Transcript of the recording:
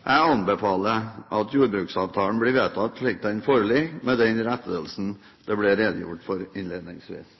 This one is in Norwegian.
Jeg anbefaler at jordbruksavtalen blir vedtatt, slik den foreligger, med den rettelsen det ble redegjort for innledningsvis.